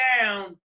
down